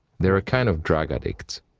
they are a kind of drug addicts.